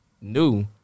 new